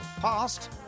past